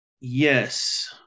yes